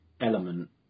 element